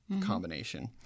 combination